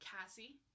Cassie